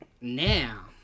now